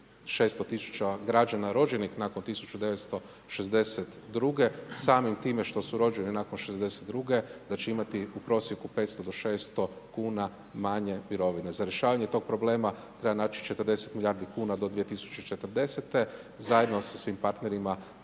600000 građana rođenih nakon 1962. samim time što su rođeni nakon '62. da će imati u prosjeku 500-600 kn manje mirovine. Za rješavanje tog problema treba naći 40 milijardi kuna do 2040. zajedno sa svim partnerima